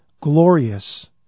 glorious